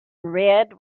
red